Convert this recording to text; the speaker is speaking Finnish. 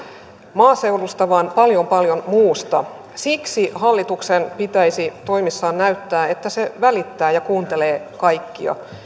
maaseudusta vaan paljon paljon muusta siksi hallituksen pitäisi toimissaan näyttää että se välittää ja kuuntelee kaikkia